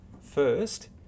first